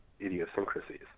idiosyncrasies